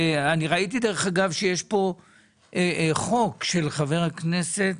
ואני ראיתי דרך אגב שיש פה חוק של חבר הכנסת,